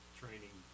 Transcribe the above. training